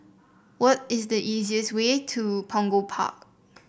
what is the easiest way to Punggol Park